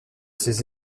ses